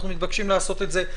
אנחנו מתבקשים לעשות את זה.